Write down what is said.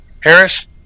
Harris